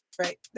Right